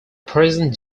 present